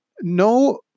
No